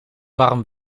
warm